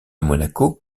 monaco